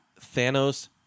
Thanos